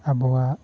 ᱟᱵᱚᱣᱟᱜ